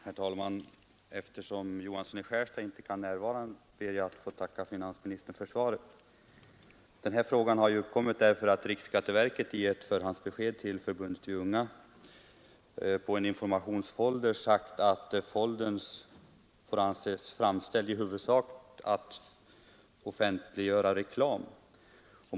Herr talman! Eftersom herr Johansson i Skärstad inte kan närvara ber jag att få tacka finansministern för svaret. Det här problemet har uppkommit därför att riksskatteverket i ett förhandsbesked till förbundet Vi unga om en informationsfolder har sagt att foldern får anses framställd i huvudsak för att offentliggöra reklam.